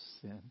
sin